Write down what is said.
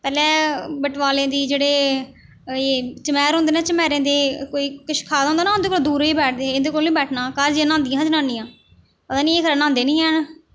पैह्लें बटवालें दी जेह्ड़े एह् चमैर होंदे न चमैरें दी कोई कुछ खा दा होंदा ना उंदे कोल दूर होइयै बैठदे हे इंदे कोल निं बैठना घर जाइयै न्हांदियां हियां जनानियां पता नि खरै एह् न्हांदे निं हैन